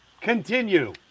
Continue